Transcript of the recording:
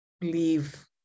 leave